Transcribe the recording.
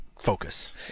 Focus